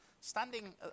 standing